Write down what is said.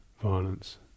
violence